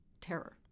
terror